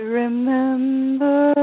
remember